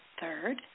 Third